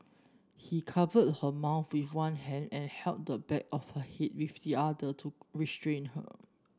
he covered her mouth with one hand and held the back of her head with the other to restrain her